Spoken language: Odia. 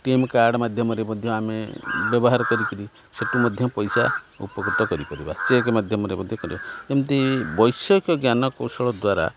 ଏ ଟି ଏମ୍ କାର୍ଡ଼ ମାଧ୍ୟମରେ ମଧ୍ୟ ଆମେ ବ୍ୟବହାର କରିକିରି ସେଠୁ ମଧ୍ୟ ପଇସା ଉପକୃତ କରିପାରିବା ଚେକ୍ ମାଧ୍ୟମରେ ମଧ୍ୟ କରିବା ଏମିତି ବୈଷୟିକ ଜ୍ଞାନ କୌଶଳ ଦ୍ୱାରା